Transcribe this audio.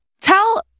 tell